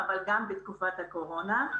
אבל גם בתקופת הקורונה.